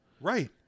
Right